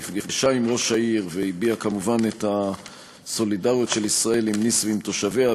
נפגשה עם ראש העיר והביעה כמובן את הסולידריות של ישראל עם ניס ותושביה,